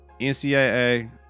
NCAA